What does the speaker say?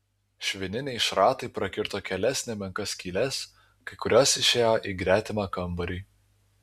švininiai šratai prakirto kelias nemenkas skyles kai kurios išėjo į gretimą kambarį